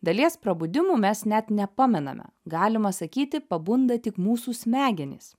dalies prabudimų mes net nepamename galima sakyti pabunda tik mūsų smegenys